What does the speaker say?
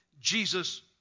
Jesus